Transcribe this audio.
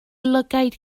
lygaid